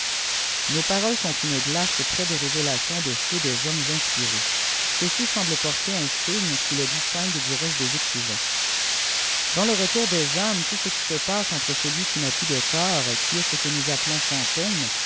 nos paroles sont une glgce près dés révélations de feu des hommes inspirés ceux-ci semble porter un signe qui les distigiiie u rele des écrivains bans le retour des âmes tout ce qui se passe entre celui mii n'a plus de corps qui est ce que nous appelons fantôme